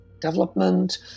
development